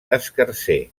escarser